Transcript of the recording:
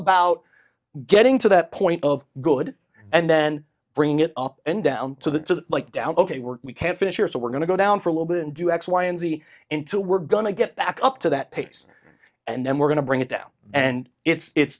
about getting to that point of good and then bring it up and down to like down ok we're we can't finish here so we're going to go down for a little bit and do x y and z into we're going to get back up to that pace and then we're going to bring it down and it's